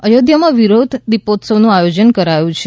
અયોધ્યામાં વિરોધ દીપોત્સવનું આયોજન કરાયું છે